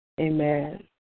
Amen